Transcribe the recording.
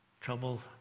Trouble